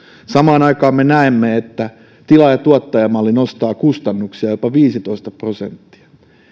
samaan aikaan me näemme että tilaaja tuottaja malli nostaa kustannuksia jopa viisitoista prosenttia